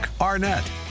Arnett